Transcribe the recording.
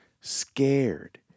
scared